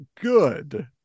good